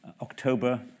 October